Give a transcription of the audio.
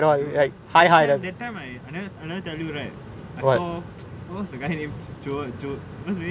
I don't that time that time I never tell you right I saw what what's the guy name joel joel